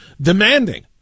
demanding